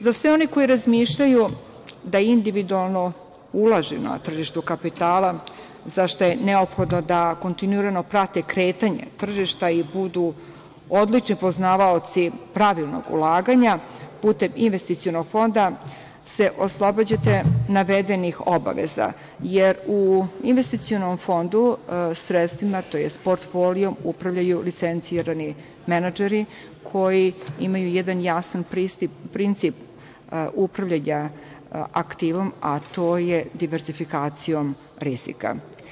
Za sve one koji razmišljaju da individualno ulažu na tržištu kapitala, za šta je neophodno da kontinuirao prate kretanje tržišta i budu odlični poznavaoci pravilnog ulaganja, putem investicionog fonda se oslobađate navedenih obaveza, jer u investicionom fondu sredstvima, tj. portfolijom upravljaju licencirani menadžeri koji imaju jedan jasan princip upravljanja aktivom, a to je diverzifikacija rizika.